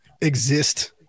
exist